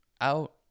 out